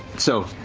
so,